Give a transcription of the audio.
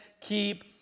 keep